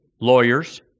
lawyers